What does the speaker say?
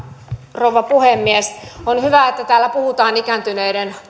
herra puhemies on hyvä että täällä puhutaan ikääntyneiden